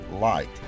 light